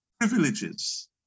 privileges